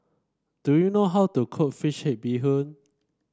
do you know how to cook fish head Bee Hoon